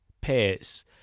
pairs